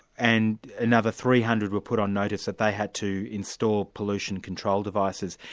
and another three hundred were put on notice that they had to install pollution control devices,